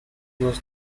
was